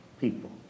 people